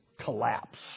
collapse